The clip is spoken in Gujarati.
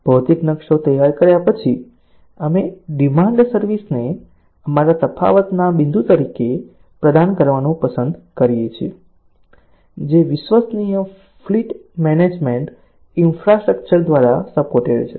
ભૌતિક નકશો તૈયાર કર્યા પછી અમે ડિમાન્ડ સર્વિસને અમારા તફાવતના બિંદુ તરીકે પ્રદાન કરવાનું પસંદ કરી શકીએ છીએ જે વિશ્વસનીય ફ્લીટ મેનેજમેન્ટ ઇન્ફ્રાસ્ટ્રક્ચર દ્વારા સપોર્ટેડ છે